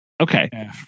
Okay